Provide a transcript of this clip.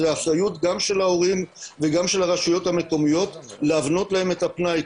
זאת אחריות גם של ההורים וגם של הרשויות המקומיות להבנות להם את הפנאי,